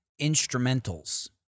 instrumentals